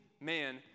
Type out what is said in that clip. man